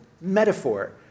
metaphor